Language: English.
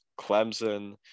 Clemson